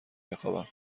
بخوابم